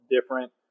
different